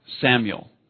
Samuel